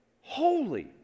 Holy